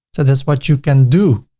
so that's what you can do.